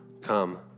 come